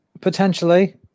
potentially